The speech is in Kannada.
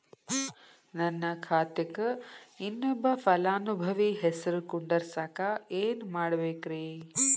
ನನ್ನ ಖಾತೆಕ್ ಇನ್ನೊಬ್ಬ ಫಲಾನುಭವಿ ಹೆಸರು ಕುಂಡರಸಾಕ ಏನ್ ಮಾಡ್ಬೇಕ್ರಿ?